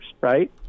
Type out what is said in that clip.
right